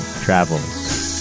travels